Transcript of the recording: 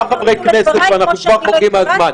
יש לנו פה שישה חברי כנסת ואנחנו כבר חורגים מהזמן.